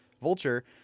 Vulture